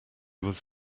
was